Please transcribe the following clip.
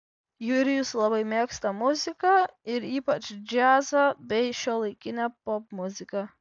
jurijus labai mėgsta muziką ir ypač džiazą bei šiuolaikinę popmuziką